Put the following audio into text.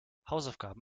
hausaufgabe